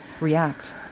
react